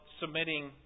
submitting